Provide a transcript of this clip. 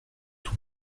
dont